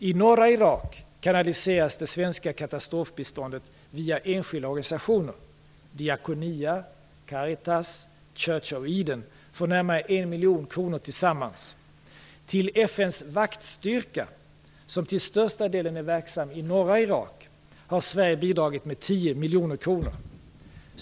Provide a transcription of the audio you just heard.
I norra Irak kanaliseras det svenska katastrofbiståndet via enskilda organisationer. Diakonia, Caritas och Church of Eden får närmare 1 miljon kronor tillsammans. Till FN:s vaktstyrka, som till största delen är verksam i norra Irak, har Sverige bidragit med 10 miljoner kronor.